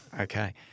Okay